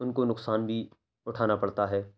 ان کو نقصان بھی اٹھانا پڑتا ہے